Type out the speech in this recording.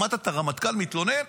שמעת את הרמטכ"ל מתלונן?